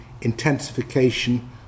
intensification